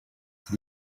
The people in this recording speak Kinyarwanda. iki